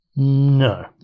No